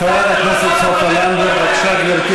את עומדת פה ומשמיצה את הצבא ואומרת